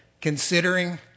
considering